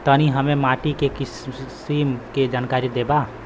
तनि हमें माटी के किसीम के जानकारी देबा?